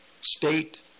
state